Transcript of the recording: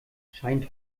scheint